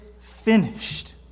finished